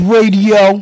Radio